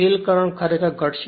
field current ખરેખર ઘટશે